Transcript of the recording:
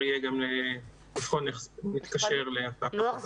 יהיה גם לבחון איך זה מתקשר להצעת החוק הזו.